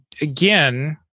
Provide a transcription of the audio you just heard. again